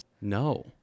No